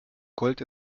gold